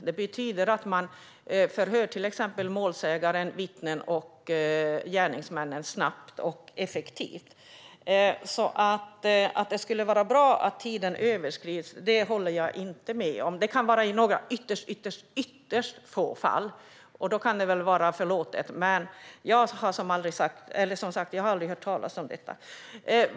Det betyder att man förhör till exempel målsägare, vittnen och gärningsmän snabbt och effektivt. Att det skulle vara bra att tiden överskrids håller jag inte med om. Det kan vara så i ytterst få fall. Då kan det vara förlåtet. Men jag har, som sagt, aldrig hört talas om detta.